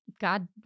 god